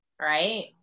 right